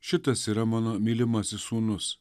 šitas yra mano mylimasis sūnus